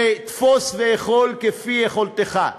ותפוס ואכול כפי יכולתך.